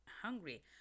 hungry